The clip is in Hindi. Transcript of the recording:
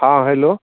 हाँ हेलो